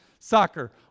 Soccer